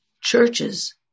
churches